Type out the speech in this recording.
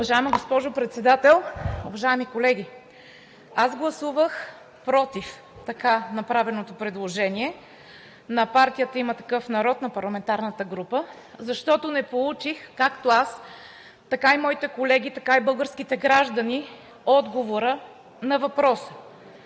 Уважаема госпожо Председател, уважаеми колеги! Аз гласувах против така направеното предложение на парламентарната група на „Има такъв народ“, защото не получих – както аз, така и моите колеги, така и българските граждани, отговора на въпроса: